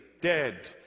dead